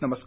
नमस्कार